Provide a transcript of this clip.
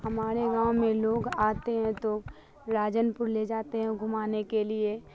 ہماڑے گاؤں میں لوگ آتے ہیں تو راجن پور لے جاتے ہیں گھمانے کے لیے